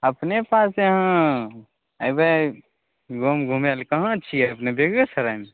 अपने पास है अहाँ ऐबे घूम घूमे ले कहाँ छियै अपने बेगुयेसरायमे